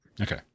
Okay